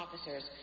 officers